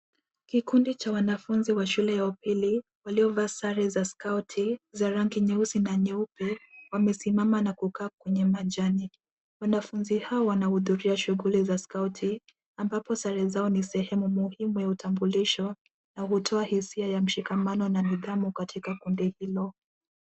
Kikundi cha wanafunzi wa shule ya upili waliovaa sare za skauti, za rangi nyeusi na nyeupe wamesimama na kukaa kwenye majani. Wanafunzi hawa wanahudhuria shuguli za skauti ambapo sare zao ni sehemu muhimu ya utambulisho na hutoa hisia ya mshikamano na nidhamu katika kundi hilo.